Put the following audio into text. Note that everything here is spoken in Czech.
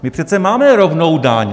My přece máme rovnou daň!